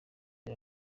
ari